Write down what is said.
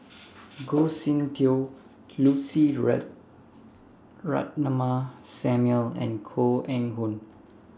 Goh Soon Tioe Lucy Ratnammah Samuel and Koh Eng Hoon